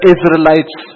Israelites